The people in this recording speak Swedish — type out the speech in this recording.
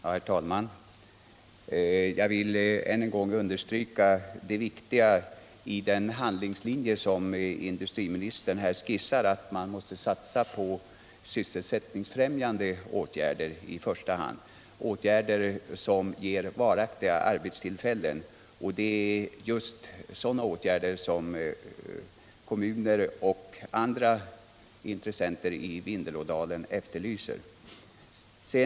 Herr talman! Jag vill än en gång understryka det v iktiga i i den handlingslinje som industriministern skissar: Man måste i första hand satsa på sysselsättningsfrämjande åtgärder, åtgärder som ger varaktiga arbetsuillfällen. Det är just sådana åtgärder som kommuner och andra intressenter i Vindelådalen efterlyser.